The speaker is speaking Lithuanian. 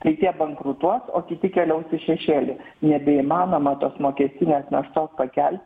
tai tie bankrutuos o kiti keliaus į šešėlį nebeįmanoma tos mokestinės naštos pakelti